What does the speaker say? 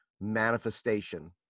manifestation